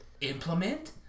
implement